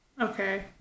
Okay